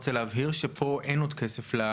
הוא נשאר במחזור של בעלי העסקים,